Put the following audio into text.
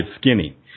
skinny